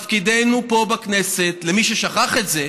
תפקידנו פה בכנסת, למי ששכח את זה,